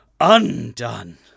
undone